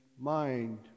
mind